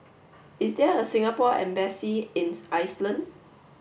is there a Singapore embassy in Iceland